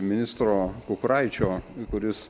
ministro kukuraičio kuris